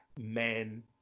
men